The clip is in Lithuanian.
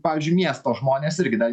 pavyzdžiui miesto žmonės irgi dar